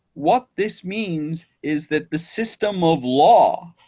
what this means is that the system of law,